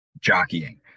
jockeying